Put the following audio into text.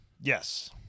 Yes